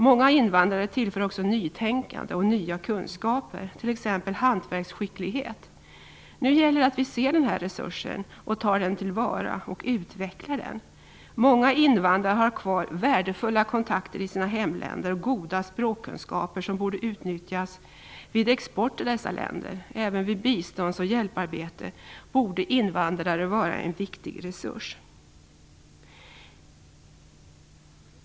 Många invandrare tillför också nytänkande och nya kunskaper, t.ex. hantverksskicklighet. Nu gäller det att vi ser den här resursen och tar den till vara och utvecklar den. Många invandrare har kvar värdefulla kontakter i sina hemländer och goda språkkunskaper som borde utnyttjas vid export till dessa länder. Även vid bistånds och hjälparbete borde invandrare vara en viktig resurs.